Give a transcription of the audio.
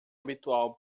habitual